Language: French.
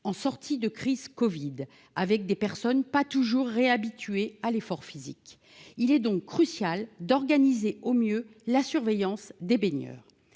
en sortie de crise du covid-19, avec des personnes pas toujours réhabituées à l'effort physique. Il est donc crucial d'organiser au mieux la surveillance des baigneurs.